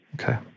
Okay